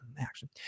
action